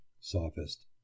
Sophist